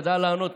היא ידעה לענות,